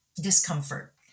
discomfort